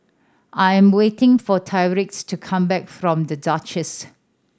I am waiting for Tyreek to come back from The Duchess